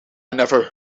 never